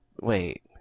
Wait